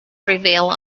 prevail